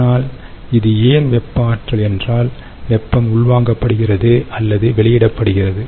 ஆனால் இது ஏன் வெப்ப ஆற்றல் என்றால் வெப்பம் உள்வாங்கப்படுகிறது அல்லது வெளியிடப்படுகிறது